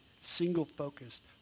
single-focused